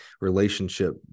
relationship